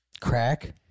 Crack